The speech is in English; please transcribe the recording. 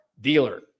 dealer